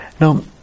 Now